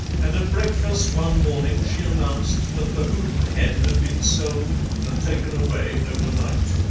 and at breakfast one morning she announced that the houdan hen had been sold and taken away overnight.